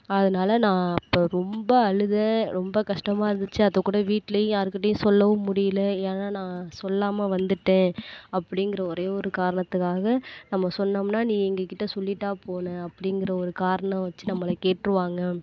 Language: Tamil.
அதனால நான் அப்போ ரொம்ப அழுதேன் ரொம்ப கஸ்டமாக இருந்துச்சு அதுக்கூட வீட்லையும் யாருகிட்டையும் சொல்லவும் முடியல ஏன்னா நான் சொல்லாமல் வந்துவிட்டேன் அப்படிங்குற ஒரே ஒரு காரணத்துக்காக நம்ம சொன்னம்ன்னா நீ எங்கள்கிட்ட சொல்லிவிட்டாப்போன அப்படிங்கிற ஒரு காரணம் வச்சு நம்மளை கேட்டுருவாங்க